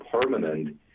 permanent